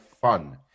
fun